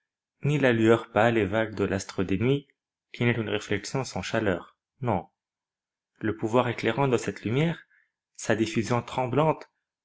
l'astre des nuits qui n'est qu'une réflexion sans chaleur non le pouvoir éclairant de cette lumière sa diffusion tremblante